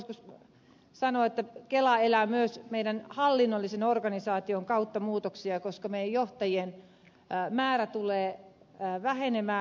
voisiko sanoa että kela elää myös meidän hallinnollisen organisaatiomme kautta muutoksia koska johtajien määrä tulee vähenemään